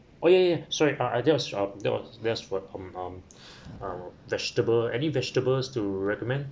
oh ya ya sorry I just um there was um um um vegetable any vegetables to recommend